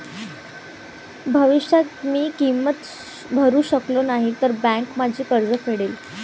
भविष्यात मी किंमत भरू शकलो नाही तर बँक माझे कर्ज फेडेल